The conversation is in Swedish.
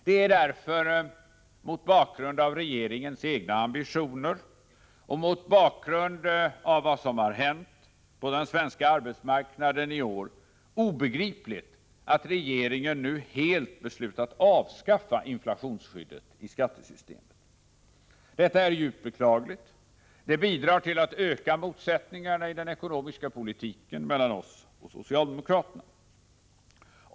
Det är därför mot bakgrund av regeringens egna ambitioner och mot bakgrund av vad som har hänt på svensk arbetsmarknad i år obegripligt att regeringen nu beslutat helt avskaffa inflationsskyddet i skattesystemet. Detta är djupt beklagligt, och det bidrar till att öka motsättningarna i den ekonomiska politiken mellan oss och socialdemokraterna.